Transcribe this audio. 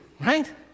right